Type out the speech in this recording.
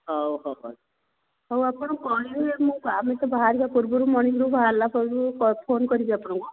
ହଉ ହଉ ହଉ ଆପଣ କହିବେ ମୁଁ ଆମେ ତ ବାହାରିବା ପୂର୍ବରୁ ମର୍ଣ୍ଣିଂରୁ ବାହାରିଲା ପୂର୍ବରୁ ଫୋନ୍ କରିବି ଆପଣଙ୍କୁ